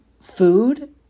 food